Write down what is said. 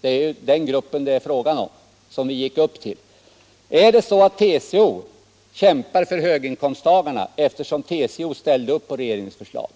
Det är ju den gruppen det är fråga om. Är det så att TCO kämpar för höginkomsttagarna, eftersom TCO ställde upp på regeringens förslag?